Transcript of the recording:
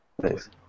Thanks